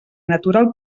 natural